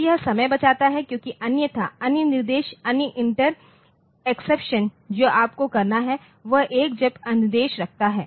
तो यह समय बचाता है क्योंकि अन्यथा अन्य निर्देश अन्य इंटर एक्सेप्शन जो आपको करना है वह एक जम्प अनुदेश रखना हैं